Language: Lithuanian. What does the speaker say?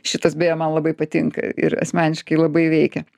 šitas beje man labai patinka ir asmeniškai labai veikia